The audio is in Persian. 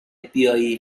بیایی